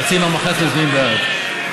חצי מהמחנ"צ מצביעים בעד.